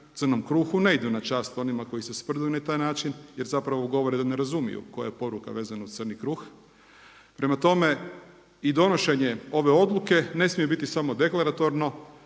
crnom kruhu ne idu na čast onima koji se sprdaju na taj način jer zapravo govore da ne razumiju koja je poruka vezana uz crni kruh. Prema tome i donošenje ove odluke ne smije biti samo deklaratorno.